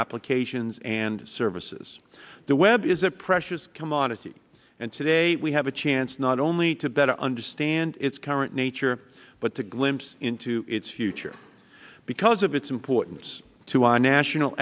applications and services the web is a precious commodity and today we have a chance not only to better understand its current nature but to glimpse into its future because of its importance to our national